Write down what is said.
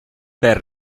per